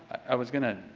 i was going to